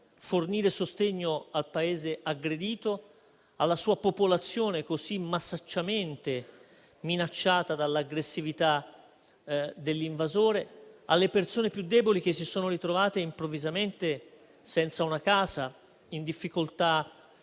fornire sostegno al Paese aggredito, alla sua popolazione così massicciamente minacciata dall'aggressività dell'invasore, alle persone più deboli che si sono ritrovate improvvisamente senza una casa, in difficoltà